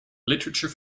literature